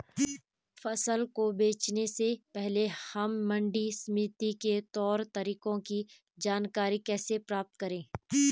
फसल को बेचने से पहले हम मंडी समिति के तौर तरीकों की जानकारी कैसे प्राप्त करें?